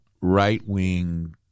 right-wing